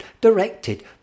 directed